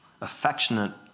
affectionate